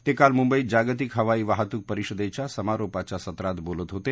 ते काल मुंबईत जागतिक हवाई वाहतूक परिषदेच्या समारोपाच्या सत्रात बोलत होते